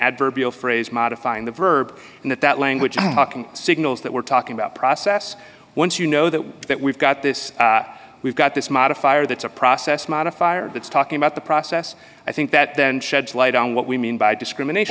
adverbial phrase modifying the verb in that that language signals that we're talking about process once you know that that we've got this we've got this modifier that's a process modifier that's talking about the process i think that then sheds light on what we mean by discrimination